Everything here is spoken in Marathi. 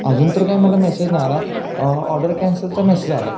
अजून तर काय मला मेसेज नाही आला ऑर्डर कॅन्सलचा मेसेज आला आहे